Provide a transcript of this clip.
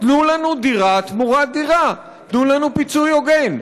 תנו לנו דירה תמורת דירה, תנו לנו פיצוי הוגן.